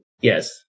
Yes